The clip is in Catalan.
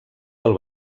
del